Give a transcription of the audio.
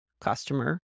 customer